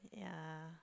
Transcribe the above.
yeah